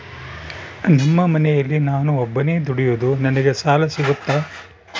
ನಮ್ಮ ಮನೆಯಲ್ಲಿ ನಾನು ಒಬ್ಬನೇ ದುಡಿಯೋದು ನನಗೆ ಸಾಲ ಸಿಗುತ್ತಾ?